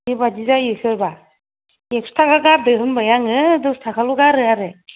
बेबादि जायो सोरबा एकस' थाखा गारदो होनबाय आंङो दस थाखाल' गारो आरो